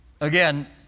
Again